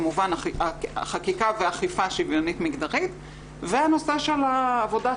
כמובן החקיקה והאכיפה השוויונית מגדרית והנושא של עבודת